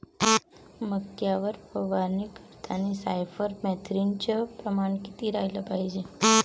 मक्यावर फवारनी करतांनी सायफर मेथ्रीनचं प्रमान किती रायलं पायजे?